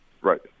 right